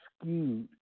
skewed